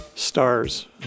stars